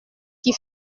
qui